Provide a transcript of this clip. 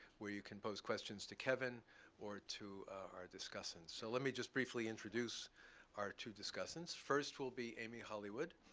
where you can pose questions to kevin or to our discussants. so let me just briefly introduce our two discussants. first will be amy hollywood,